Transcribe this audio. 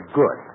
good